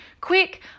quick